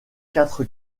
quatre